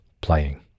playing